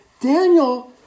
Daniel